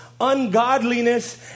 ungodliness